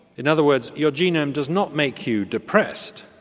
in other words, your genome does not make you depressed,